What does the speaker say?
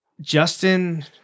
Justin –